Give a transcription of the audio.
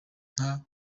nka